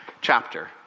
chapter